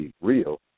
real